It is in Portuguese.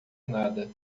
nada